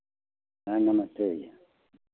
हैं नमस्ते भैया